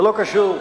זה לא קשור בכלל.